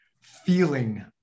feeling